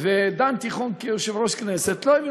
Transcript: ודן תיכון, כיושב-ראש הכנסת, לא האמין.